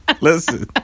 Listen